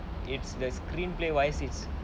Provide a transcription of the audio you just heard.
it's the screenplay wise it's